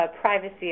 privacy